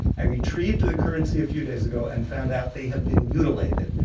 i retrieved the currency a few days ago and found out they have been mutilated.